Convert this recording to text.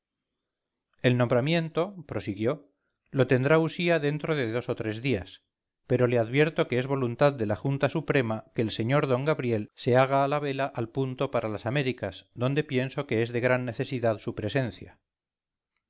el nombramiento prosiguió lo tendrá usía dentro de dos o tres días pero le advierto que es voluntad de la junta suprema que el sr d gabriel se haga a la vela al punto para las américas donde pienso que es de gran necesidad su presencia